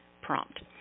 prompt